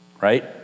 Right